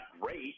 Great